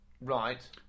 Right